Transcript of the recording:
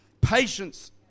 patience